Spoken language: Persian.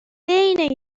بین